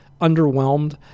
underwhelmed